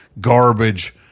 garbage